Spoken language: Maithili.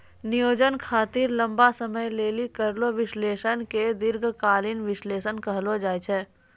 नियोजन खातिर लंबा समय लेली करलो विश्लेषण के दीर्घकालीन विष्लेषण कहलो जाय छै